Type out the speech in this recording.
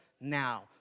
now